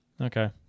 Okay